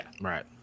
Right